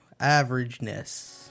averageness